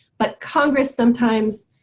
but congress sometimes